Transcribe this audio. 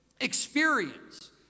experience